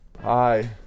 Hi